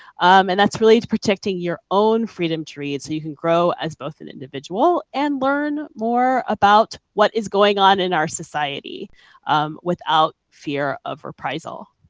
and that's really protecting your own freedom to read so you can grow as both an individual and learn more about what is going on in our society um without fear of reprisal.